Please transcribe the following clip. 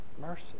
mercy